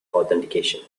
authentication